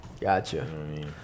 Gotcha